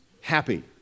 happy